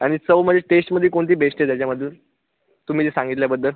आणि चवमध्ये टेस्टमध्ये कोणती बेस्ट आहे त्याच्यामधून तुम्ही जे सांगितल्याबद्दल